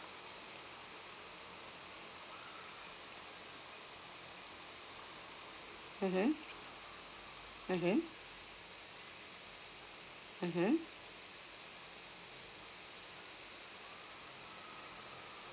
mmhmm mmhmm mmhmm